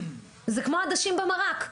זה כמו עדשים במרק.